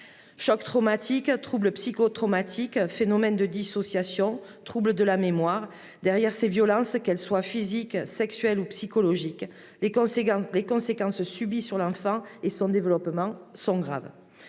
Chocs traumatiques, troubles psychotraumatiques, phénomènes de dissociation, troubles de la mémoire : derrière ces violences, qu'elles soient physiques, sexuelles ou psychologiques, les conséquences sur l'enfant et son développement sont graves.